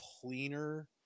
cleaner